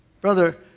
Brother